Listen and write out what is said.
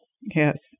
Yes